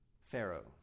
Pharaoh